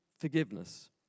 forgiveness